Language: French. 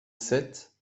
sept